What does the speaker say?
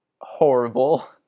horrible